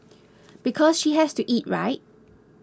because she has to eat right